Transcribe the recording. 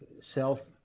self-